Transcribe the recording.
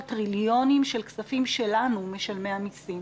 טריליונים של שקלים שלנו משלמי המסים.